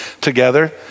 together